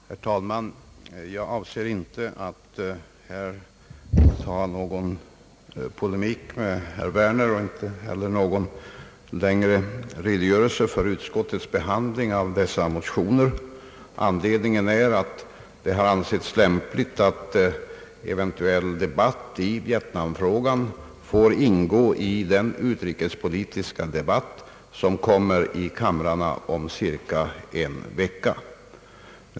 Herr talman! Jag avser inte att här gå in i polemik med herr Werner och inte heller att ge någon längre redogörelse för utskottets behandling av dessa motioner. Anledningen är att det har ansetts lämpligt att eventuell debatt i vietnamfrågan får ingå i den utrikespolitiska debatt som kommer i kamrarna om cirka en vecka.